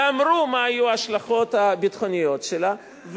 ואמרו מה היו ההשלכות הביטחוניות שלה.